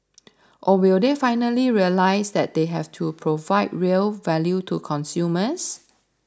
or will they finally realise that they have to provide real value to consumers